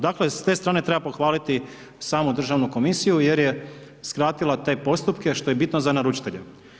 Dakle, s te strane treba pohvaliti samu državnu komisiju jer je skratila te postupke, što je bitno za naručitelje.